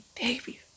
Baby